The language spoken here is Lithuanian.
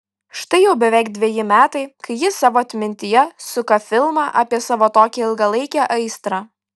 štai jau beveik dveji metai kai ji savo atmintyje suka filmą apie savo tokią ilgalaikę aistrą